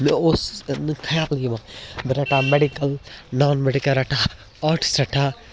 مےٚ اوس نہٕ خیال یِوان بہٕ رَٹان میٚڈِکَل نان میٚڈِکَل رَٹا آٹٕس رَٹہا